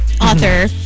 author